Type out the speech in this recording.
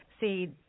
See